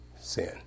sin